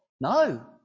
no